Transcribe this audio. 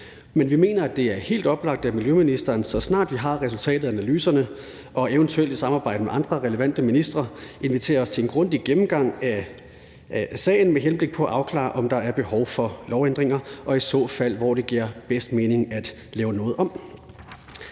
Men vi mener, at det er helt oplagt, af ministeren, så snart vi har resultatet af analyserne og eventuelt i samarbejde med andre relevante ministre, inviterer os til en grundig gennemgang af sagen med henblik på at afklare, om der er behov for lovændringer, og i så fald hvor det giver bedst mening at lave noget om.